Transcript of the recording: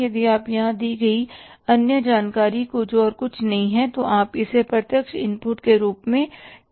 यदि आप यहाँ दी गई अन्य जानकारी को जो और कुछ नहीं है तो आप इसे प्रत्यक्ष इनपुट के रूप में कह सकते हैं